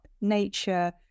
nature